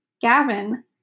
Gavin